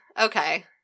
okay